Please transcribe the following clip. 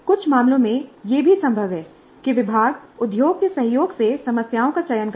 कुछ मामलों में यह भी संभव है कि विभाग उद्योग के सहयोग से समस्याओं का चयन करता है